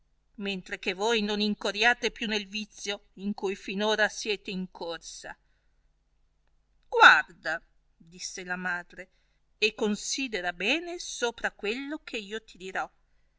mentre che voi non incorriate più nel vizio in cui fin ora siete incorsa guarda disse la madre e considera bene sopra quello che io ti dirò